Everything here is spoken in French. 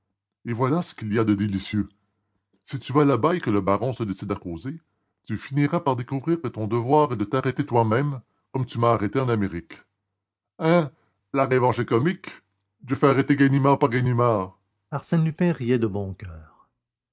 et voilà ce qu'il y a de délicieux si vous allez là-bas et que le baron se décide à causer vous finirez par découvrir que votre devoir est de vous arrêter vous-même comme vous m'avez arrêté en amérique hein la revanche est comique je fais arrêter ganimard par ganimard arsène lupin riait de bon coeur